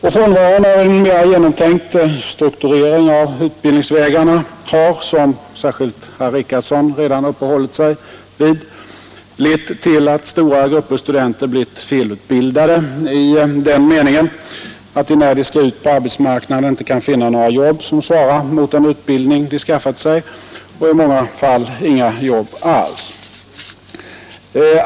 Och frånvaron av en mera genomtänkt strukturering av utbildningsvägarna har, som särskilt herr Richardson uppehållit sig vid, lett till att stora grupper studenter blivit felutbildade i den meningen att de när de skall ut på arbetsmarknaden inte kan finna några jobb som svarar mot den utbildning de har skaffat sig och i många fall inga jobb alls.